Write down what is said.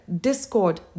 discord